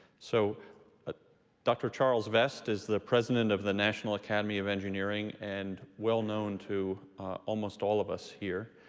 so ah dr. charles vest is the president of the national academy of engineering and well-known to almost all of us here,